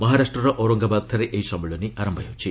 ମହାରାଷ୍ଟ୍ରର ଔରଙ୍ଗାବାଦଠାରେ ଏହି ସମ୍ମିଳନୀ ଆରମ୍ଭ ହେଉଛି